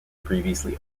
previously